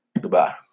Goodbye